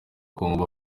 congo